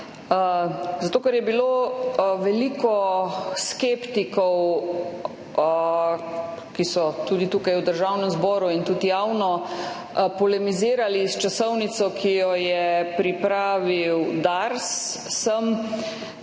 Zato ker je bilo veliko skeptikov, ki so tudi tukaj v Državnem zboru in tudi javno polemizirali s časovnico, ki jo je pripravil Dars, sem